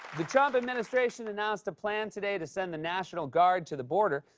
the trump administration announced a plan today to send the national guard to the border.